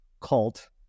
cult